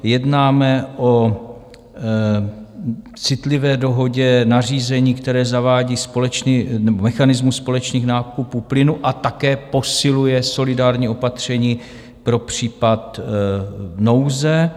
Jednáme o citlivé dohodě, nařízení, které zavádí mechanismus společných nákupů plynu a také posiluje solidární opatření pro případ nouze.